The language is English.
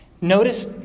Notice